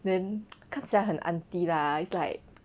then 看起来 aunty lah it's like